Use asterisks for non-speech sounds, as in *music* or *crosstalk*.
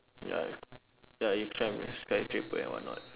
ya *noise* ya you climb the skyscraper and whatnot